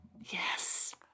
Yes